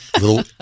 little